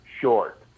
short